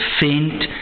faint